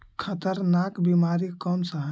खतरनाक बीमारी कौन सा है?